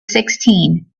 sixteen